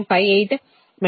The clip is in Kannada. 58 ಮೆಗಾವ್ಯಾಟ್ ಆಗಿದೆ